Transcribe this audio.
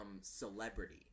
celebrity